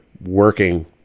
working